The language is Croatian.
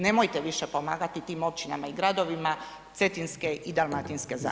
Nemojte više pomagati tim općinama i gradovima Cetinske i Dalmatinske zagore.